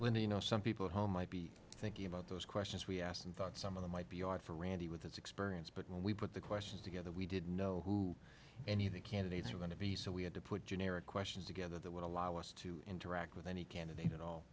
with you know some people at home might be thinking about those questions we asked and thought some of them might be odd for randy with his experience but when we put the questions together we didn't know any of the candidates were going to be so we had to put generic questions together that would allow us to interact with any candidate a